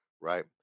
right